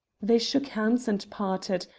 they shook hands and parted,